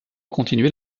continuer